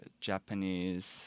Japanese